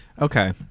Okay